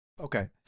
Okay